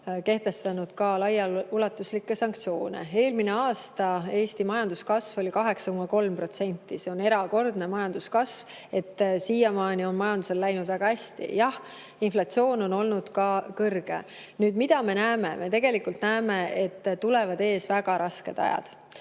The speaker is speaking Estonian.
kehtestanud ka laiaulatuslikke sanktsioone. Eelmine aasta Eesti majanduskasv oli 8,3%. See on erakordne majanduskasv. Siiamaani on majandusel läinud väga hästi. Jah, inflatsioon on olnud ka kõrge. Nüüd, mida me näeme? Me näeme, et tulevad väga rasked ajad